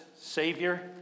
Savior